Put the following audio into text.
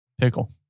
Pickle